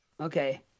Okay